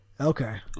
Okay